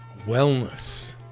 wellness